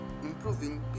improving